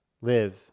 Live